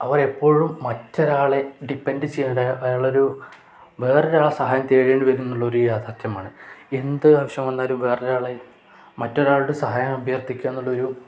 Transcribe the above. അവരെ എപ്പോഴും മറ്റൊരാളെ ഡിപ്പെൻഡ് ചെയ്യേണ്ട അയാളൊരു വേറൊരാളെ സഹായം തേടേണ്ടി വരുമെന്നുള്ളൊരു യാഥാർത്ഥ്യമാണ് എന്ത് ആവശ്യം വന്നാലും വേറൊരാളെ മറ്റൊരാളുടെ സഹായം അഭ്യർത്ഥിക്കുക എന്നുള്ളൊരു